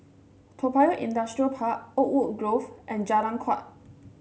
Toa Payoh Industrial Park Oakwood Grove and Jalan Kuak